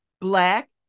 black